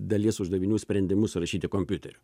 dalies uždavinių sprendimus rašyti kompiuteriu